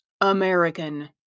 American